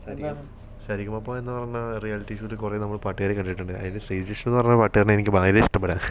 സരി എന്താണ് സരിഗമപ എന്നു പറഞ്ഞ റിയാലിറ്റി ഷോയിൽ കുറെ നമ്മൾ പാട്ടുകാരെ കണ്ടിട്ടുണ്ട് അതിൽ ശ്രീജിഷ് എന്ന് പറഞ്ഞ പാട്ടുകാരനെ എനിക്ക് വളരെ ഇഷ്ടപെടുകയാണ്